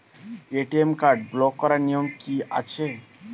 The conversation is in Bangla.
এ.টি.এম কার্ড ব্লক করার নিয়ম কি আছে?